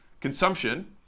Consumption